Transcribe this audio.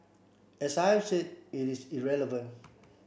as I've said it is irrelevant